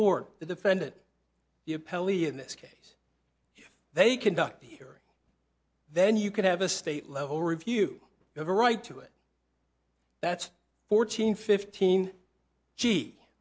board the defendant the appellee in this case if they conduct here then you can have a state level review you have a right to it that's fourteen fifteen g